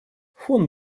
фон